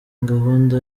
gahunda